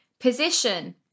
position